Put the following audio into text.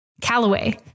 Callaway